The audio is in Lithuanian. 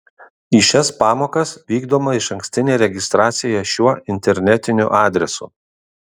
į šias pamokas vykdoma išankstinė registracija šiuo internetiniu adresu